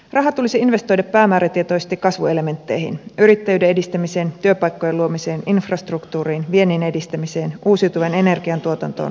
rahat tulisi investoida päämäärätietoisesti kasvuelementteihin yrittäjyyden edistämiseen työpaikkojen luomiseen infrastruktuuriin viennin edistämiseen uusiutuvan energian tuotantoon ja nuoriin